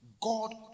God